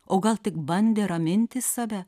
o gal tik bandė raminti save